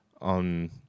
on